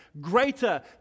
greater